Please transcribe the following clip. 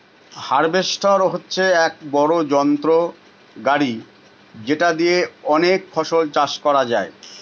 harvester হচ্ছে এক বড়ো যন্ত্র গাড়ি যেটা দিয়ে অনেক ফসল চাষ করা যায়